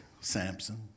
Samson